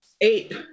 Eight